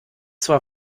zwar